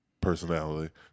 personality